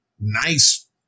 nice